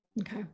Okay